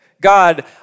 God